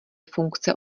funkce